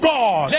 God